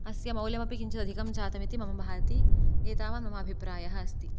अस्य मौल्यम् अपि किञ्चिद् अधिकं जातं इति मम भाति एतावत् मम अभिप्रायः अस्ति